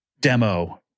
Demo